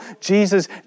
Jesus